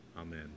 Amen